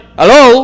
hello